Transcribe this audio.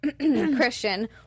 christian